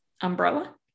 umbrella